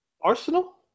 Arsenal